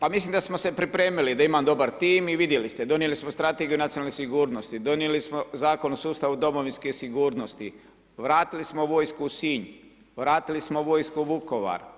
Pa mislim da smo se pripremili, da imam dobar tim i vidjeli ste , donijeli smo Strategiju nacionalne sigurnosti, donijeli smo Zakon o sustavu domovinske sigurnosti, vratili smo vojsku u Sinj, vratili smo vojsku u Vukovar.